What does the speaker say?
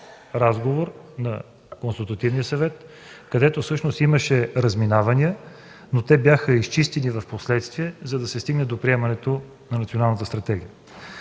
разговор на Консултативния съвет, където всъщност имаше разминавания, но впоследствие бяха изчистени, за да се стигне до приемането на Националната стратегия.